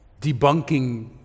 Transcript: debunking